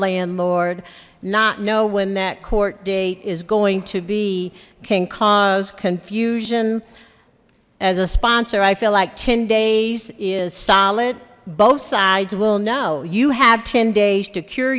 landlord not know when that court date is going to be can cause confusion as a sponsor i feel like ten days is solid both sides will know you have ten days to cure